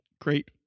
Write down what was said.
Great